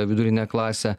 vidurinę klasę